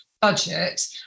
budget